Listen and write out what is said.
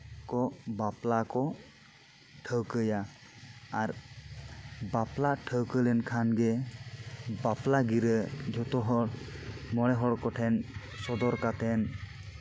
ᱠᱚ ᱵᱟᱯᱞᱟ ᱠᱚ ᱴᱷᱟᱹᱣᱠᱟᱹᱭᱟ ᱟᱨ ᱵᱟᱯᱞᱟ ᱴᱷᱹᱣᱠᱟᱹ ᱞᱮᱱᱠᱷᱟᱱ ᱜᱮ ᱵᱟᱯᱞᱟ ᱜᱤᱨᱟᱹ ᱡᱚᱛᱚ ᱦᱚᱲ ᱢᱚᱬᱮ ᱦᱚ ᱠᱚᱴᱷᱮᱱ ᱥᱚᱫᱚᱨ ᱠᱟᱛᱮᱫ